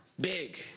big